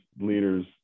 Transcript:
leaders